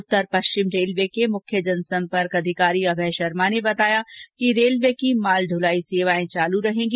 उत्तर पश्चिम रेलवे के मुख्य जन सम्पर्क अधिकारी अभय शर्मा ने बताया कि रेलवे की माल दुलाई सेवाए चालू रहेगी